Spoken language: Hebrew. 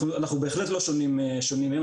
אנחנו בהחלט לא שונים מהם.